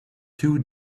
two